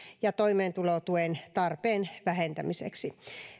ja toimeentulotuen tarpeen vähentämiseksi